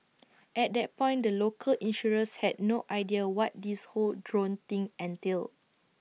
at that point the local insurers had no idea what this whole drone thing entailed